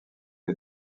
est